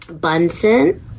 Bunsen